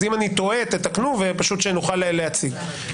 אז אם אני טועה, תתקנו, פשוט שנוכל להציג.